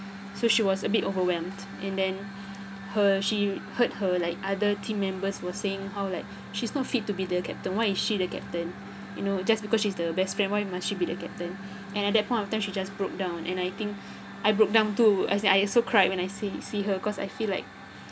so she was a bit overwhelmed and then her she heard her like other team members were saying how like she's not fit to be the captain why is she the captain you know just because she's the best friend why must she be the captain and at that point of time she just broke down and I think I broke down too as I also cried when I see see her cause I feel like